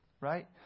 Right